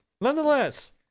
Nonetheless